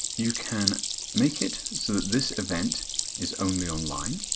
you can make it so that this event is only online